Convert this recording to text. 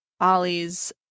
Ollie's